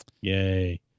Yay